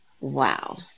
Wow